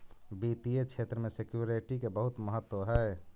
वित्तीय क्षेत्र में सिक्योरिटी के बहुत महत्व हई